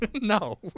No